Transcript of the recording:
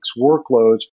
workloads